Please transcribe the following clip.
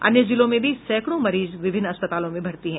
अन्य जिलों में भी सैंकड़ों मरीज विभिन्न अस्पतालों में भर्ती हैं